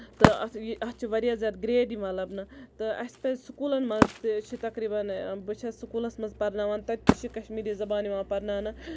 تہٕ اَتھ یہِ اَتھ چھُ واریاہ زیادٕ گریڈ یِوان لَبنہٕ تہٕ اَسہِ پَزِ سکوٗلَن منٛز تہِ چھِ تَقریٖبَن بہٕ چھَس سٔکوٗلَس منٛز پَرناوان تَتہِ تہِ چھِ کَشمیٖرِ زَبان یِوان پَرناونہٕ